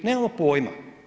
Nemamo pojma.